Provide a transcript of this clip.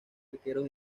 arqueros